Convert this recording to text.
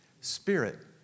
Spirit